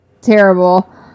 terrible